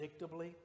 predictably